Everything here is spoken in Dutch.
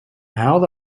huilde